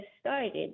started